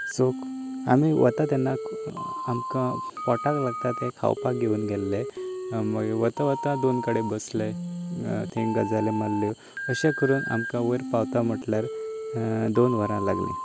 so आमी वता तेन्ना आमकां पोटाक लागता तें खावपाक घेवन गेल्ले मागीर वता वता दोन कडेन बसले थंय गजाली मारल्यो अशें करून आमकां वयर पावता म्हणल्यार दोन वरां लागली